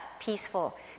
peaceful